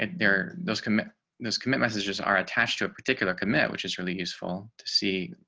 and they're those commit this commit messages are attached to a particular commit, which is really useful to see,